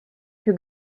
più